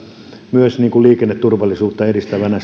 myös liikenneturvallisuutta edistävänä